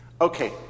Okay